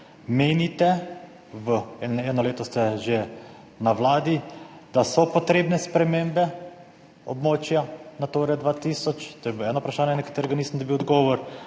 menite - eno leto ste že na Vladi -, da so potrebne spremembe območja Nature 2000? To je bilo eno vprašanje, na katerega nisem dobil odgovor.